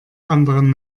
anderen